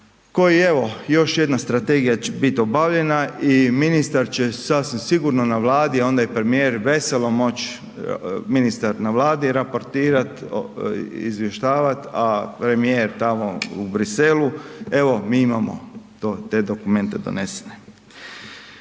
koji evo, još jedna strategija će biti obavljena i ministar će sasvim sigurno na Vladi, a onda i premijer veselo moći, ministar na Vladi raportirati i izvještavati, a premijer tamo u Bruxellesu, evo, mi imamo to, te dokumente donesene.